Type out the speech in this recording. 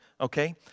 okay